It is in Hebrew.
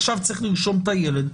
עכשיו צריך לרשום את הילד,